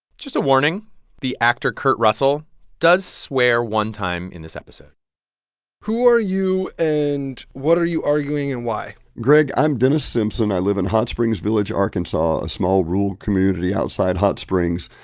just a warning the actor kurt russell does swear one time in this episode who are you? and what are you arguing, and why? greg, i'm dennis simpson. i live in hot springs village, ark, and but a small rural community outside hot springs.